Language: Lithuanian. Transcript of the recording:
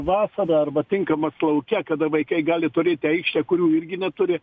vasarą arba tinkamas lauke kada vaikai gali turėti aikštę kurių irgi neturi